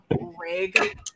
rig